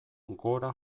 gora